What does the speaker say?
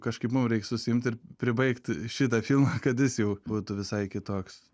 kažkaip mum reiks susiimt ir pribaigt šitą filmą kad jis jau būtų visai kitoks